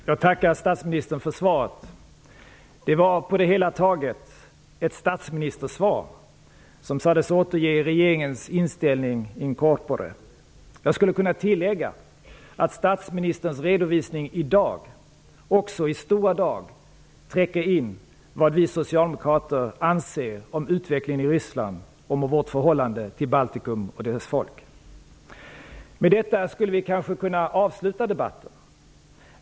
Herr talman! Jag tackar statsministern för svaret. Det var på det hela taget ett statsministersvar, som sades återge regeringens inställning in corpore. Jag skulle kunna tillägga att statsministerns redovisning i dag också i stora drag täcker in vad vi socialdemokrater anser om utvecklingen i Ryssland och om vårt förhållande till Baltikum och dess folk. Med detta skulle vi kanske ha kunnat avsluta debatten.